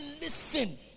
listen